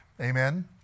Amen